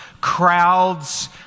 crowds